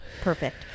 perfect